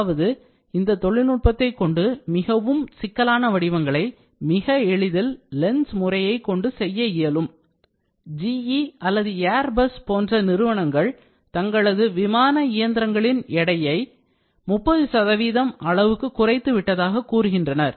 அதாவது இந்த தொழில்நுட்பத்தை கொண்டு மிகவும் சிக்கலான வடிவங்களை மிக எளிதில் LENS முறையைக் கொண்டு செய்ய இயலும் GE அல்லது air bus போன்ற நிறுவனங்கள் தங்களது விமான இயந்திரங்களின் எடையை 30 அளவுக்கு குறைத்து விட்டதாக கூறுகின்றனர்